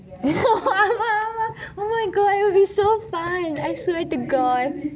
oh my god it would be so fun it wouldn't be